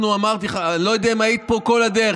אני לא יודע אם היית פה כל הדרך.